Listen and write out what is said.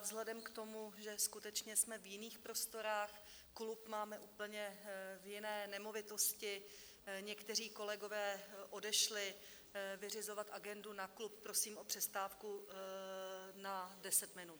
Vzhledem k tomu, že skutečně jsme v jiných prostorách, klub máme úplně v jiné nemovitosti, někteří kolegové odešli vyřizovat agendu na klub, prosím o přestávku na 10 minut.